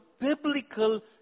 biblical